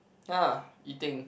ya eating